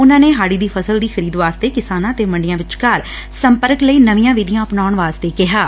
ਉਨਾਂ ਨੇ ਹਾੜੀ ਦੀ ਫਸਲ ਦੀ ਖਰੀਦ ਵਾਸਤੇ ਕਿਸਾਨਾਂ ਤੇ ਮੰਡੀਆਂ ਵਿਚਕਾਰ ਸੰਪਰਕ ਲਈ ਨਵੀਆਂ ਵਿਧੀਆਂ ਅਪਣਾਉਣ ਵਾਸਤੇ ਕਿਹਾਂ